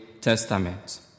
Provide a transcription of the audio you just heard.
Testament